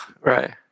Right